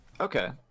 Okay